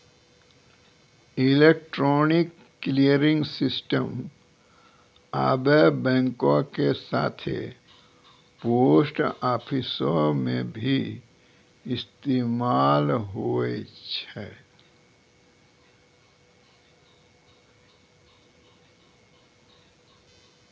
electronic clearing system आबे बैंको के साथे पोस्ट आफिसो मे भी इस्तेमाल होय छै